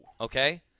Okay